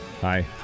Hi